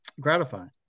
gratifying